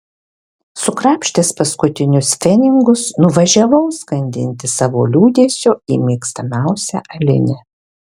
sukrapštęs paskutinius pfenigus nuvažiavau skandinti savo liūdesio į mėgstamiausią alinę